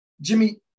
Jimmy